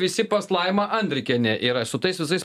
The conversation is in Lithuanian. visi pas laimą andrikienę yra su tais visais